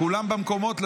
כולם במקומות,